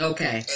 Okay